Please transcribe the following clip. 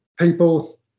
people